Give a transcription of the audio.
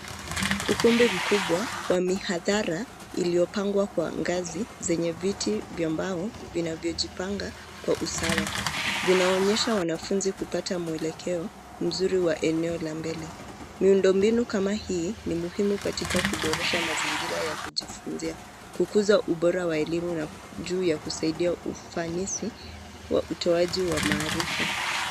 Ukumbi mkubwa wa mihadhara iliyopangwa kwa ngazi zenye viti vya mbao vinanvyojipanga kwa usawa vinaonyesha wanafunzi kupata mwelekeo mzuri wa eneo la mbele. Miundombinu kama hii ni muhimu katika kuboresha mazingira ya kujifunzia, kukuza ubora wa elimu na juu ya kusaidia ufanisi wa utoaji wa maarifa.